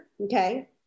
okay